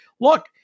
look